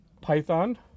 python